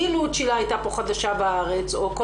אילו צ'ילה הייתה פה חדשה בארץ או כל